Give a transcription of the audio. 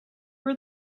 her